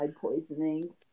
poisoning